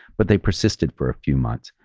but they persisted for a few months.